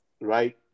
right